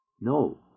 No